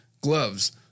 gloves